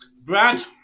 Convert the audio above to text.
Brad